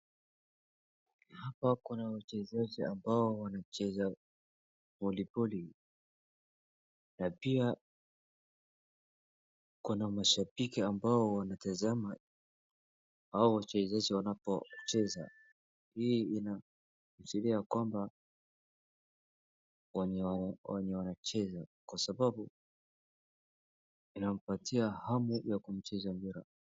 Hapa kuna wachezaji ambao wanacheza pole pole na pia kuna mashabiki ambao wanatazama hawa wachezaji wanapocheza hii inashiria ya kwamba wenye wanacheza kwa sababu inampatia hamu ya kucheza mpira.